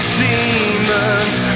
demons